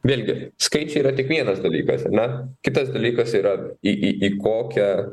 vėlgi skaičiai yra tik vienas dalykas ar ne kitas dalykas yra į į į kokią